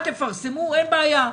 לא תפרסמו, אין בעיה,